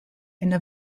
eine